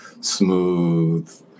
smooth